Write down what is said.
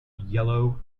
yellow